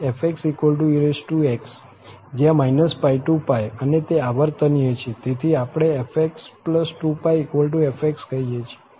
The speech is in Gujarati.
અને તે આવર્તનિય છે તેથી આપણે fx2fx કહી શકીએ